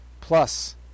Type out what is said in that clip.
Plus